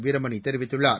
வீரமணி தெரிவித்துள்ளார்